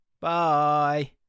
bye